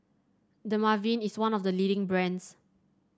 Dermaveen is one of the leading brands